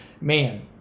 Man